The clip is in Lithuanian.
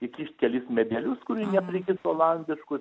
įkišt kelis medelius kurie neprigis olandiškus